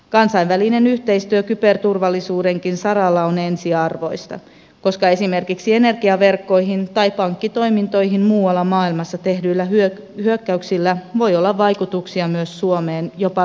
kansainvälinen yhteistyö kyberturvallisuudenkin saralla on ensiarvoista koska esimerkiksi energiaverkkoihin tai pankkitoimintoihin muualla maailmassa tehdyillä hyökkäyksillä voi olla vaikutuksia myös suomeen jopa välittömästi